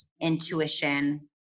intuition